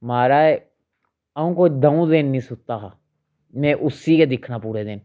महाराज आ'ऊं कोई द'ऊं दिन नी सुत्ता हा में उसी गै दिक्खना पूरे दिन